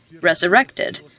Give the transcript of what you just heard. resurrected